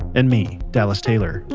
and me, dallas taylor,